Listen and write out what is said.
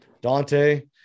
Dante